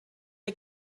the